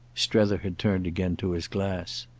strether had turned again to his glass.